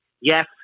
Yes